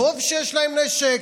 טוב שיש להם נשק,